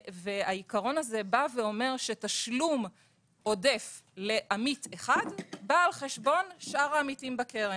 והעיקרון הזה אומר שתשלום עודף לעמית אחד בא על חשבון שאר העמיתים בקרן,